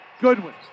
Goodwin